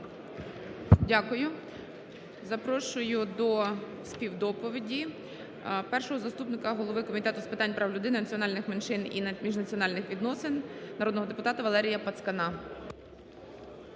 Дякую. Запрошую до співдоповіді першого заступника голови Комітету з питань прав людини, національних меншин і міжнаціональних відносин народного депутата Валерія Пацкана.